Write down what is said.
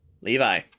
Levi